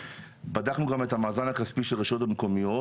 בדקנו גם את המאזן הכספי של הרשויות המקומיות,